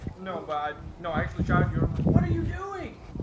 know but know i actually shot your and like what are you doing?